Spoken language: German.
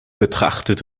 betrachtet